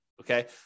okay